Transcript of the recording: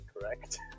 correct